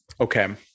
Okay